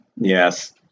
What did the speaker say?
Yes